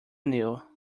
new